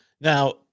Now